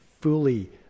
fully